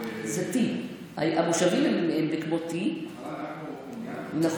זה T. המושבים הם כמו T. נחלה